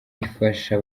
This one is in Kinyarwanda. ifasha